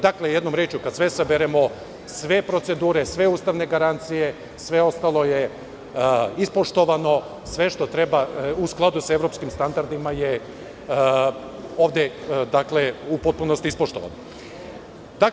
Dakle, jednom rečju kada sve saberemo, sve procedure, sve ustavne garancije, sve ostalo je ispoštovano, sve što treba u skladu sa evropskim standardima je ovde u potpunosti ispoštovano.